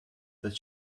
that